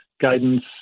guidance